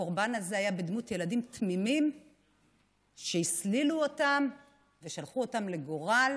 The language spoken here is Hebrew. הקורבן הזה היה בדמות ילדים תמימים שהסלילו אותם ושלחו אותם לגורל